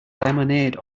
lemonade